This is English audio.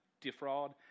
defraud